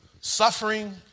suffering